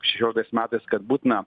šešioliktais metais kad būtina